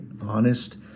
honest